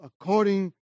according